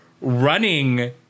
running